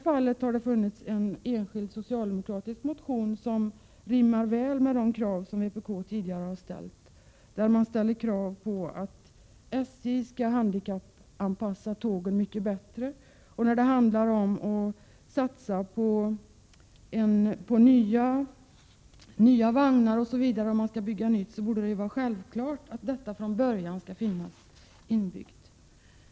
Det har väckts en enskild socialdemokratisk motion som rimmar väl med de krav som vpk tidigare har ställt på att SJ skall göra tågen mycket bättre handikappanpassade. Det borde vara självklart att man tar hänsyn till detta redan från början när man satsar på att bygga nya vagnar osv.